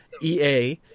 EA